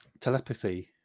telepathy